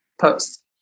posts